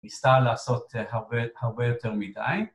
נסתר לעשות הרבה יותר מדי